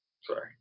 Sorry